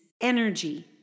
energy